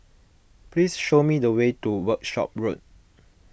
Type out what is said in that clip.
please show me the way to Workshop Road